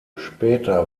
später